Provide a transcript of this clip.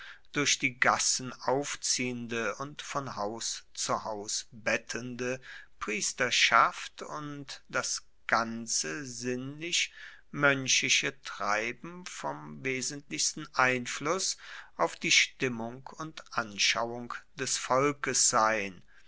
durch die gassen aufziehende und von haus zu haus bettelnde priesterschaft und das ganze sinnlich moenchische treiben vom wesentlichsten einfluss auf die stimmung und anschauung des volkes sein